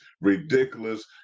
ridiculous